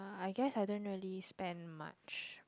I guess I don't really spend much